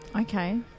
Okay